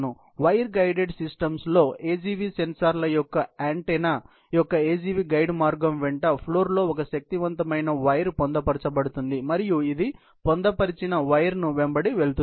కాబట్టి wire guided సిస్టమ్స్లో AGV సెన్సార్ల యొక్క యాంటెన్నా యొక్క AGV గైడ్ మార్గం వెంట ఫ్లోర్ లో ఒక శక్తివంతమైన వైర్ పొందుపరచబడుతుంది మరియు ఇది పొందుపరిచిన వైర్ను వెంబడి వెళుతుంది